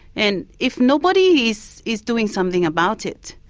and if nobody is is doing something about it,